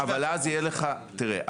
אבל אז, תראה.